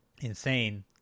insane